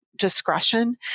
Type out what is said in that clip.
discretion